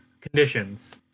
conditions